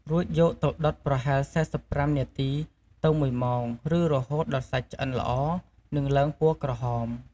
រួចយកទៅដុតប្រហែល ៤៥ នាទីទៅ ១ ម៉ោង ឬរហូតដល់សាច់ឆ្អិនល្អ និងឡើងពណ៌ក្រហម។